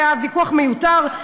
והוויכוח מיותר,